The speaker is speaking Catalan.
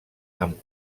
amb